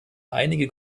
einige